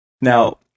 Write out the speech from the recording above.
Now